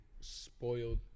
spoiled